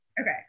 Okay